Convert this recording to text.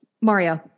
Mario